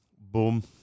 Boom